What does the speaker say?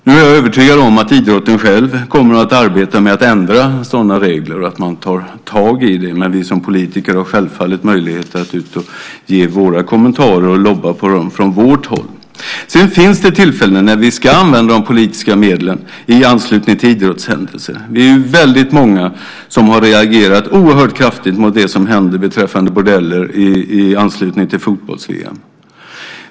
Nu är jag övertygad om att idrotten själv kommer att arbeta med att ändra sådana regler och att man tar tag i det. Men vi som politiker har självfallet möjligheter att gå ut och ge våra kommentarer och att lobba från vårt håll. Sedan finns det tillfällen då vi ska använda de politiska medlen i anslutning till idrottshändelser. Vi är väldigt många som har reagerat oerhört kraftigt på det som hänt beträffande bordeller i anslutning till fotbolls-VM.